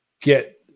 get